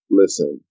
listen